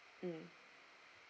mm